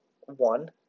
one